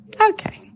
Okay